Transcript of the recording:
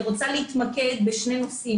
אני רוצה להתמקד בשני נושאים.